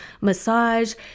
massage